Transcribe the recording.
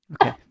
okay